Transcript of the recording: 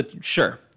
Sure